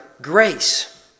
grace